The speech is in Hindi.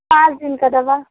पाँच दिन की दवा